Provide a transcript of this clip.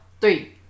Three